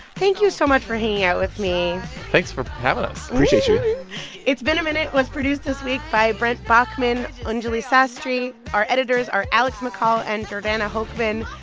thank you so much for hanging out with me thanks for having us appreciate you it's been a minute was produced this week by brent baughman, anjuli sastry. our editors are alex mccall and jordana hochman.